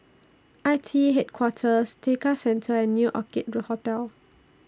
I T E Headquarters Tekka Centre and New Orchid Hotel